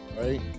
right